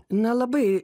na labai